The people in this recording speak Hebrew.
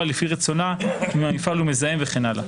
לפי רצונה אם מפעל הוא מזהם וכן הלאה.